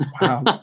Wow